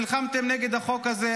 נלחמתם נגד החוק הזה,